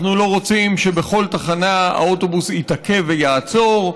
אנחנו לא רוצים שבכל תחנה האוטובוס יתעכב ויעצור.